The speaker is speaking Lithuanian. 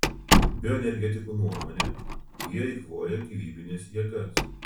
bioenergetikų nuomone jie eikvoja gyvybines jėgas